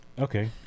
Okay